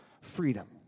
freedom